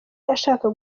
ashaka